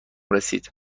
رسید